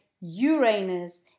Uranus